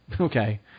Okay